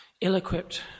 ill-equipped